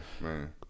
man